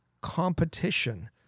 competition